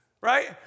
Right